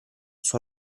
suo